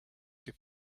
des